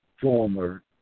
former